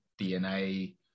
DNA